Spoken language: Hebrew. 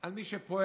על מי שפועל